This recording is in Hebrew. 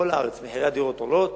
בכל הארץ מחירי הדירות עולים